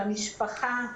של המשפחה,